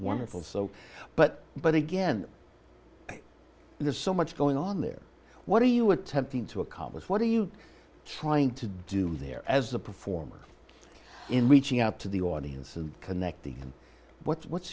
wonderful so but but again there's so much going on there what are you attempting to accomplish what are you trying to do there as a performer in reaching out to the audience and connecting what's